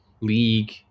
league